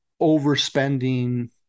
overspending